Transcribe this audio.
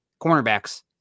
cornerbacks